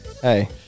hey